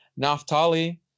Naftali